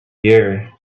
year